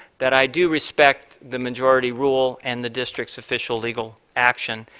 that i do respect the majority rule and the districts official legal action.